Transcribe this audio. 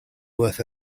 worth